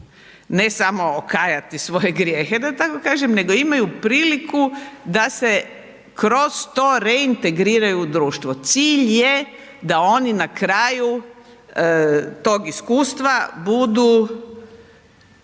ne samo okajati svoje grijehe da tako kažem, nego imaju priliku da se kroz to reintegriraju u društvo. Cilj je da oni na kraju tog iskustva budu